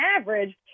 average